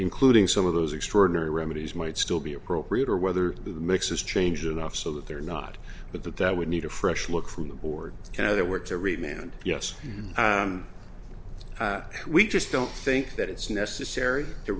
including some of those extraordinary remedies might still be appropriate or whether the mix is changed enough so that they're not but that that would need a fresh look from the board and other work to read man yes we just don't think that it's necessary to